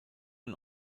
und